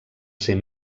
ser